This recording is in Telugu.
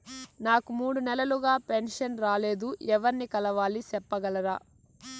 నాకు మూడు నెలలుగా పెన్షన్ రాలేదు ఎవర్ని కలవాలి సెప్పగలరా?